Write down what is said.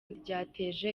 ryateje